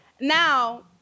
Now